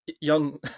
young